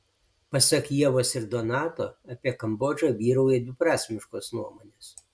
pasak ievos ir donato apie kambodžą vyrauja dviprasmiškos nuomonės